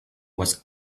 was